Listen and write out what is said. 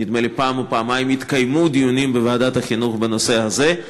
נדמה לי שאפילו פעם או פעמיים התקיימו דיונים בוועדת החינוך בנושא הזה.